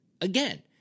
again